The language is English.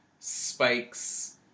Spike's